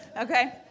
Okay